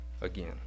again